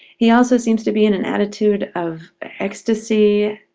he also seems to be in and attitude of ecstasy,